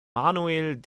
manuel